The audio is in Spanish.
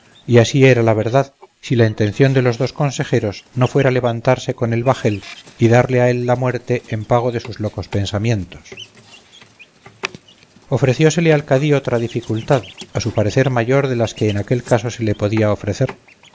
y así era la verdad si la intención de los dos consejeros no fuera levantarse con el bajel y darle a él la muerte en pago de sus locos pensamientos ofreciósele al cadí otra dificultad a su parecer mayor de las que en aquel caso se le podía ofrecer